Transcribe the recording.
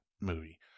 movie